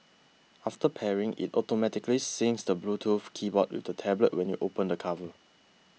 after pairing it automatically syncs the bluetooth keyboard with the tablet when you open the cover